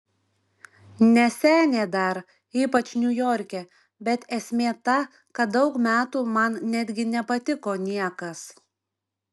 ne senė dar ypač niujorke bet esmė ta kad daug metų man netgi nepatiko niekas